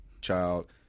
child